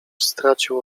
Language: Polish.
stracił